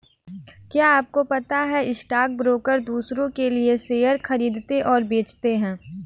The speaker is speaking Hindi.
क्या आपको पता है स्टॉक ब्रोकर दुसरो के लिए शेयर खरीदते और बेचते है?